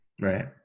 Right